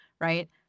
right